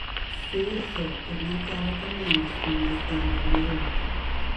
suirzau ir net keletą mėnesių neįstengiau nurimti